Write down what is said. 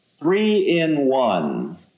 three-in-one